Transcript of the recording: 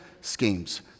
schemes